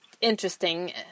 interesting